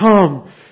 come